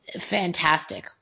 fantastic